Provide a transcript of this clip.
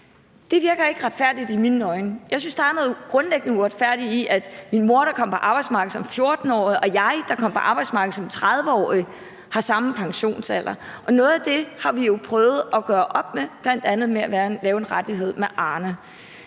Det virker ikke retfærdigt i mine øjne. Jeg synes, der er noget grundlæggende uretfærdigt i, at min mor, der kom på arbejdsmarkedet som 14-årig, og jeg, der kom på arbejdsmarkedet som 30-årig, har den samme pensionsalder, og noget af det har vi jo prøvet at gøre op med bl.a. ved at lave en rettighed med en